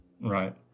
Right